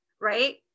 right